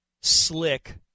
Slick